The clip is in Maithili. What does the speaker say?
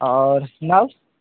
आओर नर्स